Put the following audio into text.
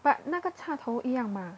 but 那个插头一样吗